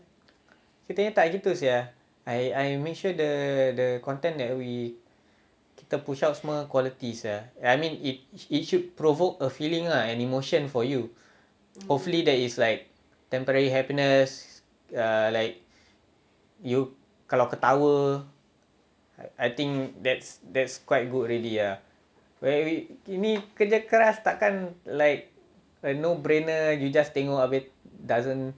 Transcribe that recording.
kita punya tak begitu sia I I make sure the content that we kita push out semua quality sia I mean it it should provoke a feeling lah and emotion for you hopefully there is like temporary happiness err like you kalau ketawa I think that's that's quite good already ah where we ini kerja keras like a no brainer you just tengok habis doesn't